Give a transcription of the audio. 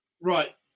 Right